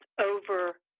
over